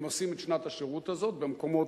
הם עושים את שנת השירות הזאת במקומות